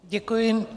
Děkuji.